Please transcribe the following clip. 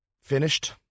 finished